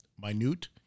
minute